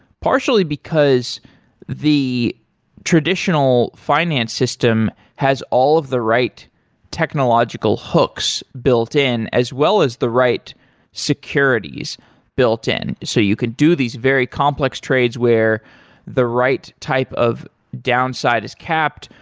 partially because the traditional finance system has all of the right technological hooks built in, as well as the right securities built in, so you could do these very complex trades where the right type of downside is capped,